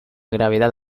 gravedad